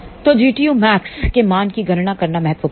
तोGtumax के मान की गणना करना महत्वपूर्ण है